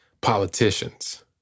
politicians